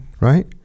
right